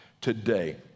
today